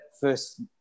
first